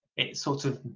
it sort of